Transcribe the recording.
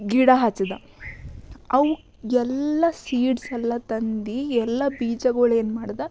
ಗಿಡ ಹಚ್ದೆ ಅವು ಎಲ್ಲ ಸೀಡ್ಸ್ ಎಲ್ಲ ತಂದು ಎಲ್ಲ ಬೀಜಗಳು ಏನು ಮಾಡ್ದೆ